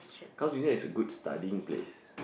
Carls Junior is a good studying place